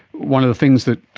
one of the things that